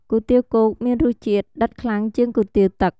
គុយទាវគោកមានរសជាតិ ដិតខ្លាំងជាងគុយទាវទឹក។